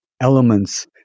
elements